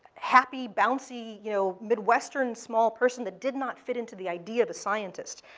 happy, bouncy, you know midwestern small person that did not fit into the idea of a scientist,